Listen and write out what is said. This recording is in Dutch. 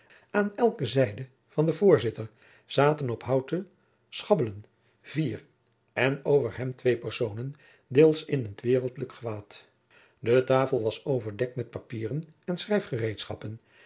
de pleegzoon zijde van den voorzitter zaten op houten schabellen vier en over hem twee personen deels in t waereldlijk gewaad de tafel was overdekt met papieren en